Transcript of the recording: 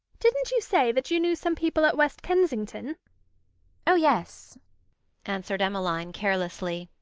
didn't you say that you knew some people at west kensington oh, yes answered emmeline, carelessly.